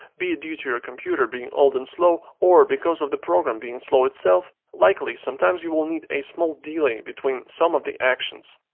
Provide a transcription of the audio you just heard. be it due to your computer being old and slow or because of the program being slow itself, likely sometimes you will need a small delay between some of the actions.